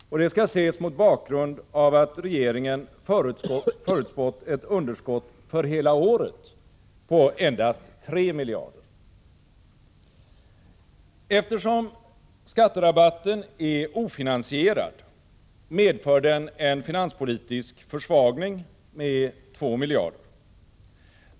Detta skall ses mot bakgrund av att regeringen förutspått ett underskott för hela året på endast 3 miljarder. Eftersom skatterabatten är ofinansierad, medför den en finanspolitisk försvagning med 2 miljarder.